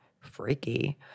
Freaky